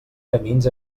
camins